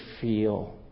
feel